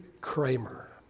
Kramer